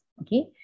Okay